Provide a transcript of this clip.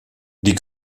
die